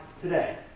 today